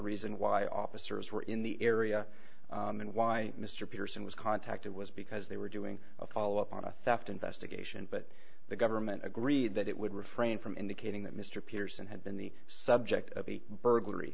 reason why officers were in the area and why mr peterson was contacted was because they were doing a follow up on a theft investigation but the government agreed that it would refrain from indicating that mr peterson had been the subject of a burglary